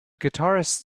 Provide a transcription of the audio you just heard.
guitarist